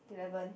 eleven